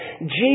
Jesus